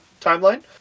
timeline